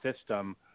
system